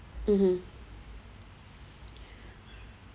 mmhmm